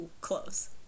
close